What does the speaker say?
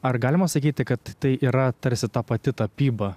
ar galima sakyti kad tai yra tarsi ta pati tapyba